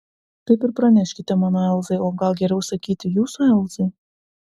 taip ir praneškite mano elzai o gal geriau sakyti jūsų elzai